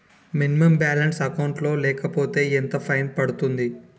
Minimum balance account లో లేకపోతే ఎంత ఫైన్ పడుతుంది?